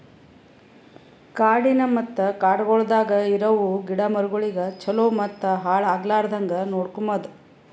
ಕಾಡಿನ ಮತ್ತ ಕಾಡಗೊಳ್ದಾಗ್ ಇರವು ಗಿಡ ಮರಗೊಳಿಗ್ ಛಲೋ ಮತ್ತ ಹಾಳ ಆಗ್ಲಾರ್ದಂಗ್ ನೋಡ್ಕೋಮದ್